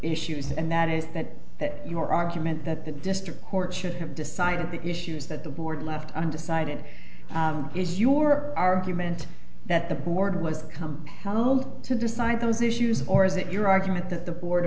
issues and that is that your argument that the district court should have decided the issues that the board left and decided is your argument that the board was come home to decide those issues or is it your argument that the board